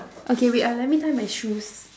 okay wait ah let me tie my shoes